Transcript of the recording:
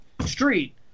street